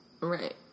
Right